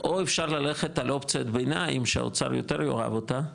או אפשר ללכת על אופציית ביניים שהאוצר יותר יאהב אותה,